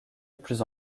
plus